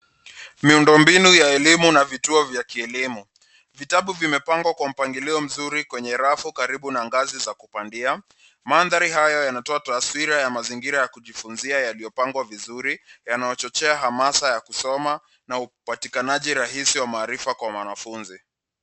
Miundombinu ya elimu na vituo vya kielimu. Vitabu vimepangwa kwa mpangilio mzuri kwenye rafu karibu na ngazi za kupandia. Mandhari haya yanatoa taswira ya mazingira ya kujifunzia yaliyopangwa vizuri, yanayochochea hamasa ya kusoma, na upatikanaji rahisi wa maarifa kwa mwanafunzi.